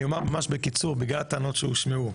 אני אומר ממש בקיצור בגלל הטענות שהושמעו.